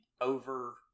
over